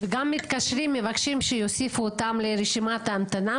וגם מתקשרים ומבקשים שיוסיפו אותם לרשימת ההמתנה,